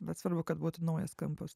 bet svarbu kad būtų naujas kampas